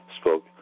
spoke